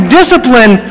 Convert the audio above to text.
discipline